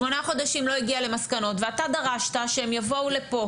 שמונה חודשים לא הגיע למסקנות ואתה דרשת שהם יבואו לפה,